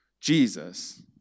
Jesus